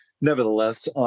nevertheless